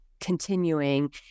continuing